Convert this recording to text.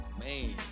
Man